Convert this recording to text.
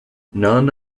none